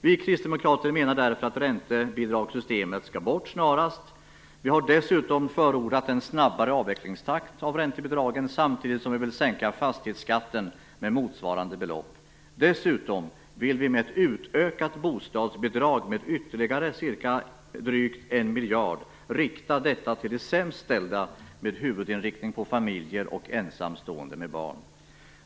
Vi kristdemokrater menar därför att räntebidragssystemet skall bort snarast. Vi har dessutom förordat en snabbare avvecklingstakt av räntebidragen samtidigt som vi vill sänka fastighetsskatten med motsvarande belopp. Dessutom vill vi med ett utökat bostadsbidrag - med ytterligare cirka drygt 1 miljard - rikta detta till de sämst ställda med huvudinriktning på familjer och ensamstående med barn.